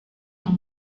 yang